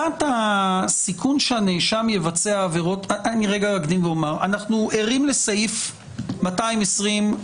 אני אקדים ואומר, שאנחנו ערים לסעיף 220ג(ב),